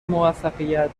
موفقیت